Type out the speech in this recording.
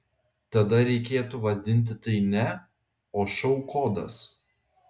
tada reikėtų vadinti tai ne o šou kodas